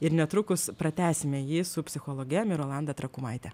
ir netrukus pratęsime jį su psichologe mirolanda trakumaite